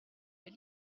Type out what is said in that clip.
elle